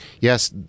yes